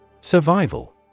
Survival